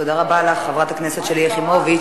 תודה רבה לך, חברת הכנסת שלי יחימוביץ.